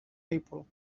april